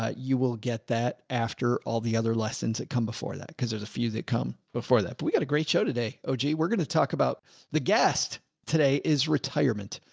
ah you will get that after all the other lessons that come before that. cause there's a few that come before that, but we got a great show today. oh, gee, we're going to talk about the guest. today is retirement.